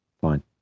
Fine